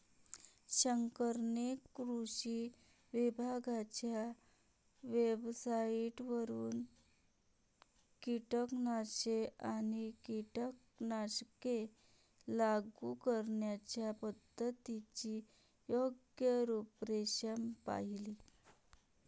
शंकरने कृषी विभागाच्या वेबसाइटवरून कीटकनाशके आणि कीटकनाशके लागू करण्याच्या पद्धतीची योग्य रूपरेषा पाहिली